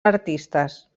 artistes